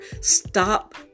Stop